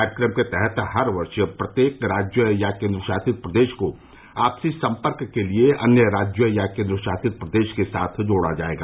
कार्यक्रम के तहत हर वर्ष प्रत्येक राज्य या केन्द्र शासित प्रदेश को आपसी सम्पर्क के लिए अन्य राज्य या केन्द्र शासित प्रदेश के साथ जोड़ा जायेगा